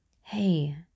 Hey